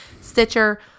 Stitcher